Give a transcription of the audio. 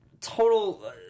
total